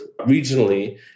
regionally